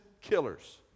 killers